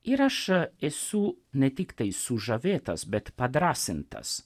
ir aš esu ne tiktai sužavėtas bet padrąsintas